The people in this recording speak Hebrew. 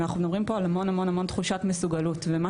אנחנו מדברים פה על המון המון תחושת מסוגלות ומה